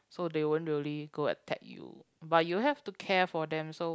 so they won't really go attack you but you have to care for them so